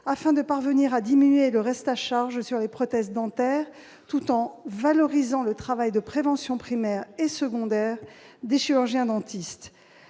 afin de parvenir à diminuer le reste à charge sur les prothèses dentaires, tout en valorisant le travail de prévention primaire et secondaire des chirurgiens-dentistes.